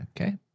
Okay